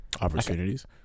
opportunities